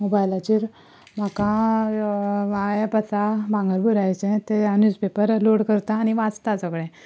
मोबायलाचेर म्हाका वा एप आसा भांगरभूंयचें ते न्यूजपेपर लोड करता आनी वाचतां सगळें